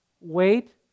Wait